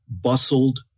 bustled